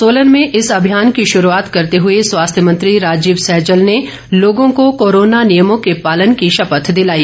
सोलन में इस अभियान की शुरूआत करते हुए स्वास्थ्य मंत्री राजीव सैजल ने लोगों को कोरोना नियमों के पालन की शपथ दिलाई